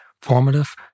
formative